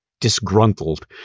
disgruntled